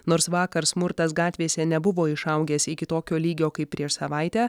nors vakar smurtas gatvėse nebuvo išaugęs iki tokio lygio kaip prieš savaitę